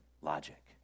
logic